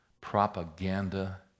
propaganda